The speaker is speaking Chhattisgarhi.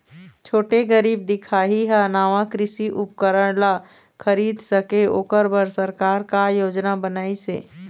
छोटे गरीब दिखाही हा नावा कृषि उपकरण ला खरीद सके ओकर बर सरकार का योजना बनाइसे?